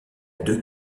deux